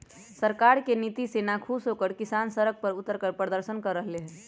सरकार के नीति से नाखुश होकर किसान सड़क पर उतरकर प्रदर्शन कर रहले है